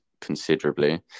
considerably